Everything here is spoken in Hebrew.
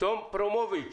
תם פרומוביץ',